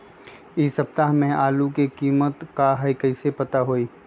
इ सप्ताह में आलू के कीमत का है कईसे पता होई?